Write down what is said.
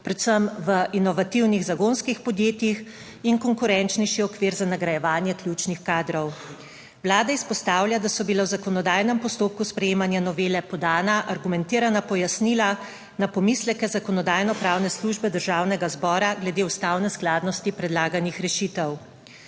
predvsem v inovativnih zagonskih podjetjih, in konkurenčnejši okvir za nagrajevanje ključnih kadrov. Vlada izpostavlja, da so bila v zakonodajnem postopku sprejemanja novele podana argumentirana pojasnila na pomisleke Zakonodajno-pravne službe Državnega zbora glede ustavne skladnosti predlaganih rešitev.